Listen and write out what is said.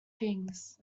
things